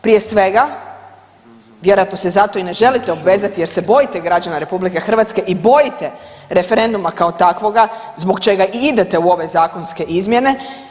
Prije svega, vjerojatno se zato i ne želite obvezati jer se bojite građana RH i bojite referenduma kao takvoga zbog čega i idete u ove zakonske izmjene.